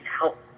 help